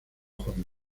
juan